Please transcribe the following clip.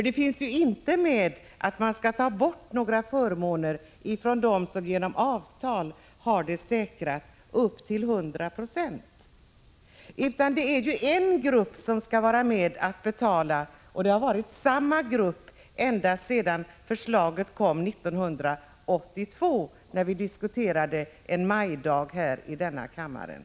Det finns ju inget förslag om att man skall ta bort några förmåner dem som genom avtal har säkrat en ersättning på upp till 100 96 av lönen. Det är bara en grupp som skall vara med och betala, och det har varit samma grupp ända sedan förslaget om karensdagar kom och vi en majdag 1982 diskuterade det här i kammaren.